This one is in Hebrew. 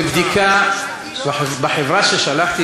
בבדיקה בחברה שאתה שלחתי